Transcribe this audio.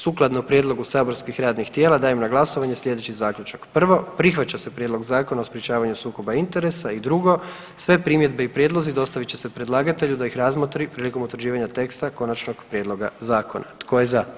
Sukladno prijedlogu saborskih radnih tijela dajem na glasovanje sljedeći zaključak: „1. Prihvaća se Prijedlog zakona o sprečavanju sukoba interesa i 2. Sve primjedbe i prijedlozi dostavit će se predlagatelju da ih razmotri prilikom utvrđivanja teksta konačnog prijedloga zakona.“ Tko je za?